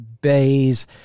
bays